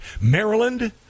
Maryland